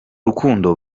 rukundo